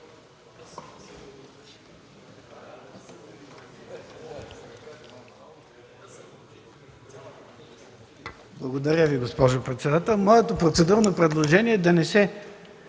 Благодаря Ви, госпожо председател. Моето процедурно предложение е да не се